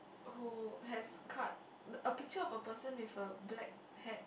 who has cut a picture of a person with a black hat